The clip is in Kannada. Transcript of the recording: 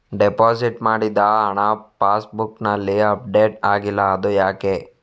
ಡೆಪೋಸಿಟ್ ಮಾಡಿದ ಹಣ ಪಾಸ್ ಬುಕ್ನಲ್ಲಿ ಅಪ್ಡೇಟ್ ಆಗಿಲ್ಲ ಅದು ಯಾಕೆ?